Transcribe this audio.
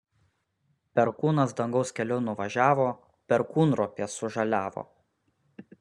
perkūnas dangaus keliu nuvažiavo perkūnropės sužaliavo